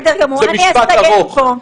בסדר גמור, אסיים פה.